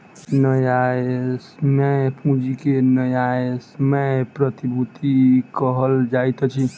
न्यायसम्य पूंजी के न्यायसम्य प्रतिभूति कहल जाइत अछि